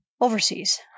overseas